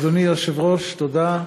אדוני היושב-ראש, תודה.